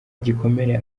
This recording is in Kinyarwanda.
gikomere